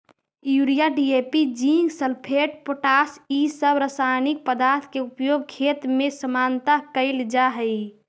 urea, DAP, zinc sulphate, potash इ सब रसायनिक पदार्थ के उपयोग खेत में सामान्यतः कईल जा हई